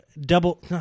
double